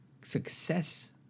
success